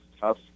tough